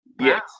Yes